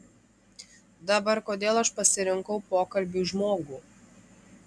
dabar kodėl aš pasirinkau pokalbiui žmogų